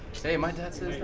hey, my dad says